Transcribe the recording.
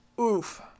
Oof